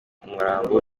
umurambo